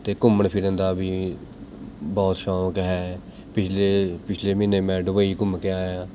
ਅਤੇ ਘੁੰਮਣ ਫਿਰਨ ਦਾ ਵੀ ਬਹੁਤ ਸ਼ੌਂਕ ਹੈ ਪਿਛਲੇ ਪਿਛਲੇ ਮਹੀਨੇ ਮੈਂ ਡੁਬਈ ਘੁੰਮ ਕੇ ਆਇਆ